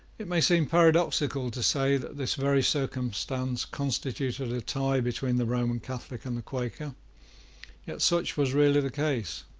it may seem paradoxical to say that this very circumstance constituted a tie between the roman catholic and the quaker yet such was really the case.